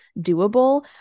doable